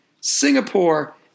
Singapore